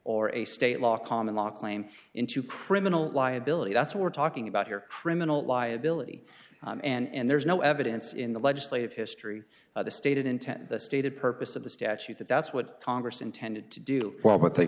or a state law common law claim into criminal liability that's what we're talking about here criminal liability and there's no evidence in the legislative history of the stated intent the stated purpose of the statute that that's what congress intended to do w